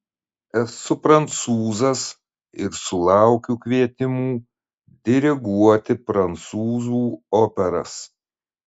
esu prancūzas ir sulaukiu kvietimų diriguoti prancūzų operas